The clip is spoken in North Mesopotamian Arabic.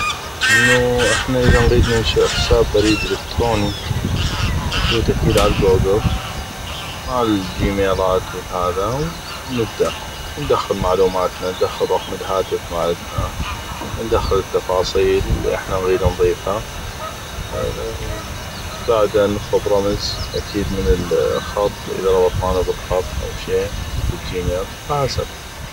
انو احنا اذا نغيد ننشيء حساب بريد الكتروني نفوت اكيد عالكوكل وعالجيميلات والهذا ونبدا ندخل معلوماتنا ندخل رقم الهاتف مالتنا ندخل التفاصيل اللي احنا نغيد نضيفه بعده نطلب رمز اكيد من الخط اذا ربطنانو بالخط أو شي أو بالجيميل فحسب